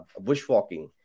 bushwalking